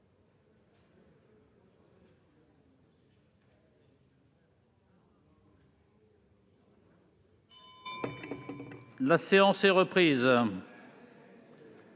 La séance est reprise.